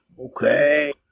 Okay